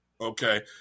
Okay